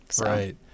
right